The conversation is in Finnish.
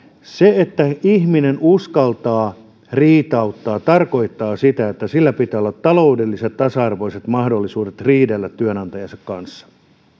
se että ihminen uskaltaa riitauttaa tarkoittaa sitä että hänellä pitää olla tasa arvoiset taloudelliset mahdollisuudet riidellä työnantajansa kanssa